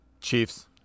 Chiefs